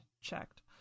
checked